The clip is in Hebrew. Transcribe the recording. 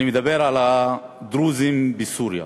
אני מדבר על הדרוזים בסוריה.